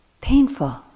painful